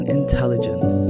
intelligence